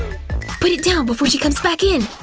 put it down before she comes back in!